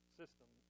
system